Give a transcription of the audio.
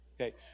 Okay